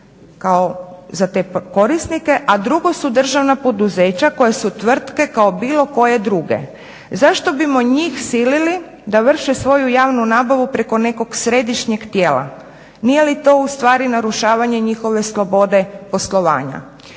kao za te korisnike, a drugo su državna poduzeća koja su tvrtke kao bilo koje druge. Zašto bismo njih silili da vrše svoju javnu nabavu preko nekog središnjeg tijela? Nije li to u stvari narušavanje njihove slobode poslovanja.